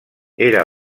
era